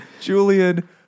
Julian